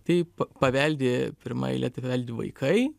tai pa paveldi pirmoj eilėj paveldi vaikai